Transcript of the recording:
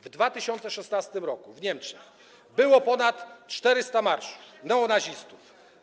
W 2016 r. w Niemczech było ponad 400 marszów neonazistów.